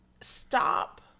stop